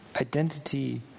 identity